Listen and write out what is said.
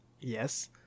Yes